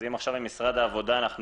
אז אם עכשיו במשרד העבודה אנחנו